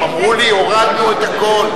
הם אמרו לי: הורדנו את הכול.